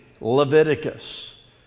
Leviticus